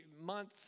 month